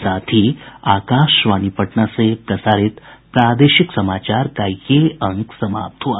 इसके साथ ही आकाशवाणी पटना से प्रसारित प्रादेशिक समाचार का ये अंक समाप्त हुआ